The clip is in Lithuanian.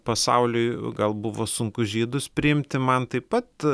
pasauliui gal buvo sunku žydus priimti man taip pat